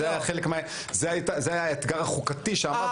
זה היה האתגר החוקתי שעמד בפנינו.